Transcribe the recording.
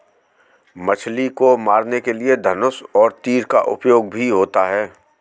मछली को मारने के लिए धनुष और तीर का उपयोग भी होता है